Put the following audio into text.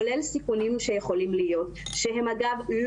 כולל סיכונים שעלולים להיות שאגב הם